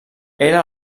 era